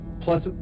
plus